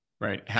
right